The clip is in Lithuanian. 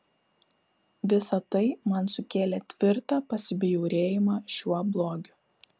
visa tai man sukėlė tvirtą pasibjaurėjimą šiuo blogiu